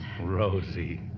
Rosie